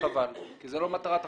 וחבל כי זו לא מטרת החוק.